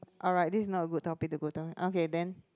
alright this is not a good topic to go down okay then